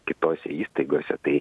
kitose įstaigose tai